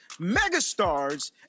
megastars